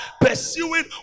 pursuing